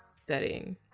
setting